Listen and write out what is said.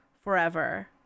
forever